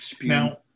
Now